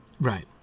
right